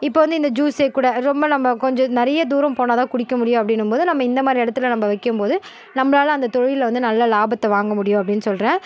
இப்போ வந்து இந்த ஜூஸே கூட ரொம்ப நம்ப கொஞ்சம் நிறைய தூரம் போனா தான் குடிக்க முடியும் அப்படின்னும்போது நம்ம இந்த மாதிரி இடத்துல நம்ப வைக்கும்போது நம்பளால் அந்த தொழிலை வந்து நல்ல லாபத்தை வாங்க முடியும் அப்படின் சொல்கிறேன்